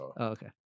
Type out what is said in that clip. Okay